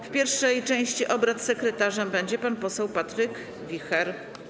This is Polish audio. W pierwszej części obrad sekretarzem będzie pan poseł Patryk Wicher.